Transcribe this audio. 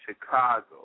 Chicago